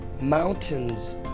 Mountains